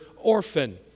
orphan